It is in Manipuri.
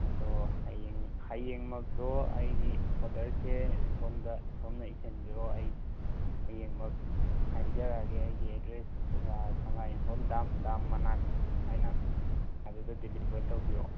ꯑꯗꯣ ꯍꯌꯦꯡ ꯍꯌꯦꯡꯃꯛꯇꯣ ꯑꯩꯒꯤ ꯑꯣꯔꯗꯔꯁꯦ ꯁꯣꯝꯗ ꯁꯣꯝꯅ ꯏꯁꯟꯕꯤꯔꯣ ꯑꯩ ꯍꯌꯦꯡꯃꯛ ꯍꯥꯏꯖꯔꯒꯦ ꯑꯩꯒꯤ ꯑꯦꯗ꯭ꯔꯦꯁ ꯖꯒꯥ ꯁꯉꯥꯏ ꯌꯨꯝꯐꯝ ꯗꯥꯝ ꯗꯥꯝ ꯃꯅꯥꯛ ꯍꯥꯏꯅ ꯑꯗꯨꯗ ꯗꯤꯂꯤꯚꯔ ꯇꯧꯕꯤꯔꯛꯑꯣ